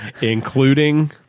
including